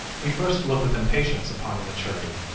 we first look with impatience upon immaturity,